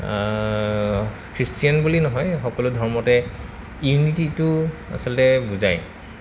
Christian বুলি নহয় সকলো ধৰ্মতে ইউনিটিটো আচলতে বুজায়